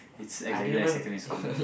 it's exactly like secondary school